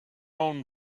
own